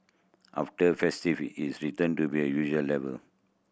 after its return to be a usual level